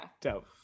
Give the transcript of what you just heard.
dope